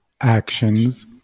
actions